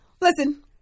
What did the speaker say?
listen